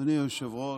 אדוני היושב-ראש,